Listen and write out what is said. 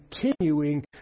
continuing